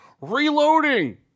Reloading